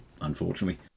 unfortunately